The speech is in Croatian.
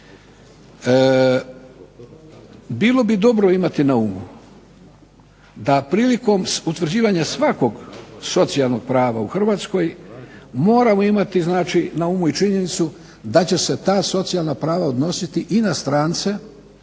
Bilo bi dobro imati na umu da prilikom utvrđivanja svakog socijalnog prava u Hrvatskoj moramo imati znači na umu i činjenicu da će se ta socijalna prava odnositi i na strance